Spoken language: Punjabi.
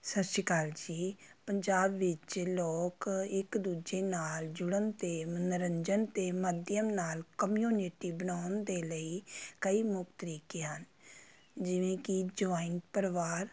ਸਤਿ ਸ਼੍ਰੀ ਅਕਾਲ ਜੀ ਪੰਜਾਬ ਵਿੱਚ ਲੋਕ ਇੱਕ ਦੂਜੇ ਨਾਲ ਜੁੜਨ ਅਤੇ ਮਨੋਰੰਜਨ ਦੇ ਮਾਧਿਅਮ ਨਾਲ ਕਮਿਊਨਿਟੀ ਬਣਾਉਣ ਦੇ ਲਈ ਕਈ ਮੁੱਖ ਤਰੀਕੇ ਹਨ ਜਿਵੇਂ ਕਿ ਜੁਆਇੰਟ ਪਰਿਵਾਰ